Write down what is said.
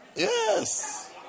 Yes